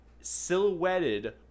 silhouetted